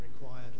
required